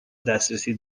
دسترسی